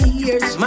years